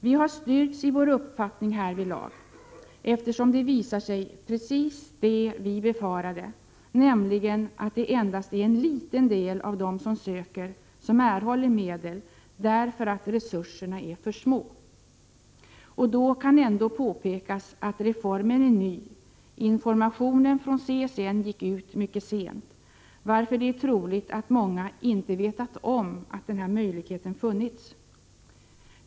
Vi har styrkts i vår uppfattning härvidlag, eftersom det visar sig, precis som vi befarade, att det endast är en liten del av dem som söker som erhåller medel därför att resurserna är för små. Och så skall ändå påpekas att reformen är ny och att informationen från CSN gick ut mycket sent, varför det är troligt att många inte vetat om att möjligheten funnits.